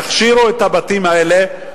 יכשירו את הבתים האלה,